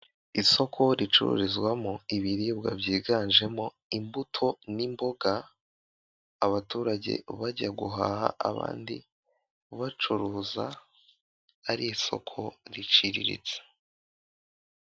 Isoko ricururizwamo ibiribwa byiganjemo imbuto n'imboga, abaturage bajya guhaha abandi bacuruza, ari isoko riciriritse.